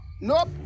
Nope